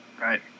Right